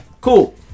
cool